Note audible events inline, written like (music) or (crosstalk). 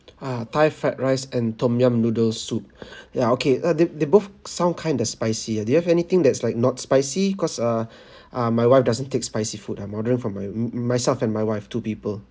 ah thai fried rice and tom yum noodle soup (breath) ya okay uh they they both sound kind of spicy ah do you have anything that's like not spicy cause uh (breath) ah my wife doesn't take spicy food I'm ordering for my m~ m~ myself and my wife two people